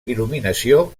il·luminació